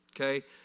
okay